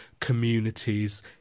communities